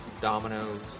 dominoes